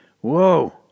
Whoa